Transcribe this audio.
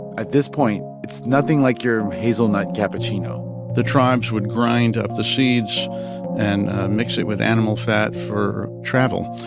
at this point, it's nothing like your hazelnut cappuccino the tribes would grind up the seeds and mix it with animal fat for travel.